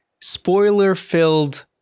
spoiler-filled